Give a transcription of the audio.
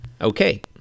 Okay